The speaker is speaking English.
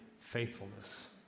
faithfulness